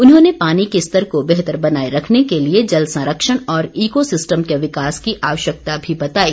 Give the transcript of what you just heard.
उन्होंने पानी के स्तर को बेहतर बनाए रखने के लिए जल संरक्षण और इको सिस्टम के विकास की आवश्यकता भी बताई